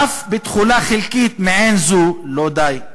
אף בתחולה חלקית מעין זו לא די,